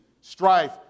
strife